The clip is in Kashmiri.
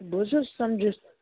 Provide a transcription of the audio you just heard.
بہٕ حظ چھس سَمجِتھ